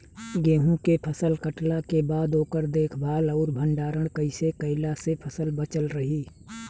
गेंहू के फसल कटला के बाद ओकर देखभाल आउर भंडारण कइसे कैला से फसल बाचल रही?